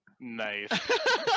Nice